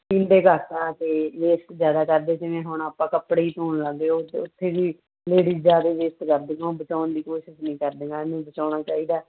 ਪੀਂਦੇ ਘੱਟ ਆ ਅਤੇ ਵੇਸਟ ਜ਼ਿਆਦਾ ਕਰਦੇ ਜਿਵੇਂ ਹੁਣ ਆਪਾਂ ਕੱਪੜੇ ਹੀ ਧੌਣ ਲੱਗ ਗਏ ਉਹ ਉੱਥੇ ਵੀ ਲੇਡੀਜ਼ ਜ਼ਿਆਦਾ ਵੇਸਟ ਕਰਦੀਆਂ ਉਹ ਬਚਾਉਣ ਦੀ ਕੋਸ਼ਿਸ਼ ਨਹੀਂ ਕਰਦੀਆਂ ਹਨ ਬਚਾਉਣਾ ਚਾਹੀਦਾ